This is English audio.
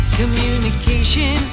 communication